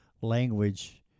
language